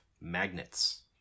magnets